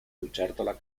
lucertola